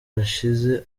bashize